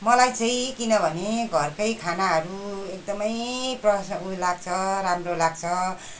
मलाई चाहिँ किनभने घरकै खानाहरू एकदमै उयो लाग्छ राम्रो लाग्छ